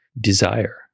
desire